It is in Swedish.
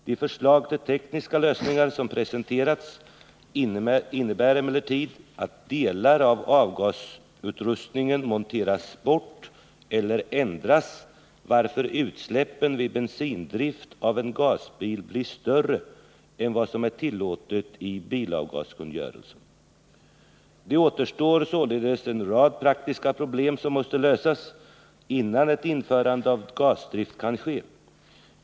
De förslag till tekniska lösningar som presenterats innebär emellertid att delar av avgasreningsutrustningen monteras bort eller ändras varför utsläppen vid bensindrift av en gasbil blir större än vad som är tillåtet i bilavgaskungörelsen. Det återstår således en rad praktiska problem som måste lösas, innan ett införande av gasdrift kan ske.